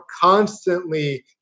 constantly